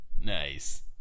Nice